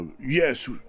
yes